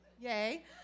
yay